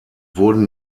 wurden